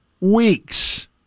weeks